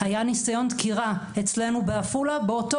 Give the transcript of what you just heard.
היה ניסיון דקירה אצלנו בעפולה באותו